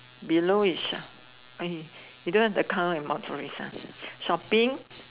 below is eh you don't have the car and motorist ah shopping